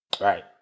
Right